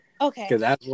Okay